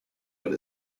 but